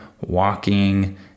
walking